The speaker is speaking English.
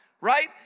right